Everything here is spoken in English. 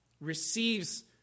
receives